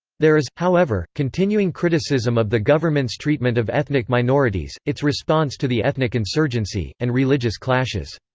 there is, however, continuing criticism of the government's treatment of ethnic minorities, its response to the ethnic insurgency, and religious clashes.